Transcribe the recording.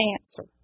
answer